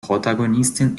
protagonistin